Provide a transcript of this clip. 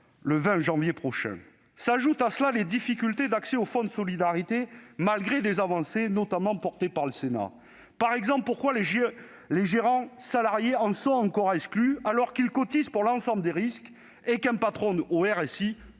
le 20 janvier prochain. S'ajoutent à cela les difficultés d'accès au fonds de solidarité malgré quelques avancées, obtenues notamment par le Sénat. Par exemple, pourquoi les gérants salariés en sont-ils encore exclus, alors qu'ils cotisent pour l'ensemble des risques et qu'un patron affilié